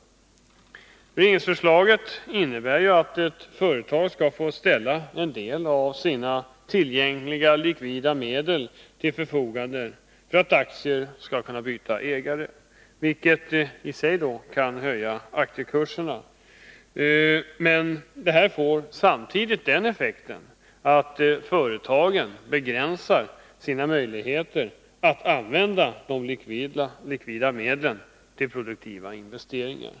Regeringsförslaget innebär att ett företag skall få ställa en del av sina tillgängliga likvida medel till förfogande för att aktier skall kunna byta ägare. Det kan i sig höja aktiekurserna, men det får också den effekten att företagen begränsar sina möjligheter att använda de likvida medlen till produktiva investeringar.